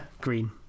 Green